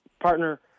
partner